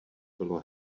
bylo